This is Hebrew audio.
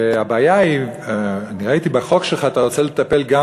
הבעיה היא שראיתי בחוק שלך שאתה רוצה לטפל גם